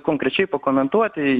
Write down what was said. konkrečiai pakomentuoti